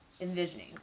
envisioning